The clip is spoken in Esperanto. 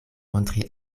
montri